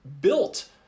built